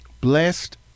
Blessed